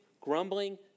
grumbling